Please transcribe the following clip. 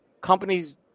companies